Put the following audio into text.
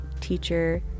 teacher